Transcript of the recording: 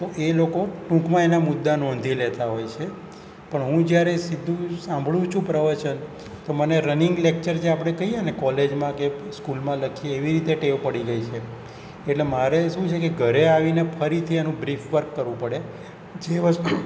તો એ લોકો ટૂંકમાં એના મુદ્દા નોંધી લેતા હોય છે પણ હું જ્યારે સીધું સાંભળું છું પ્રવચન તો મને રનિંગ લેકચર જે આપણે કહીએ ને કોલેજમાં કે સ્કૂલમાં લખીએ એવી રીતે ટેવ પડી ગઈ છે એટલે મારે શું છે કે ઘરે આવીને ફરીથી એનું બ્રીફ વર્ક કરવું પડે જે વસ્તુ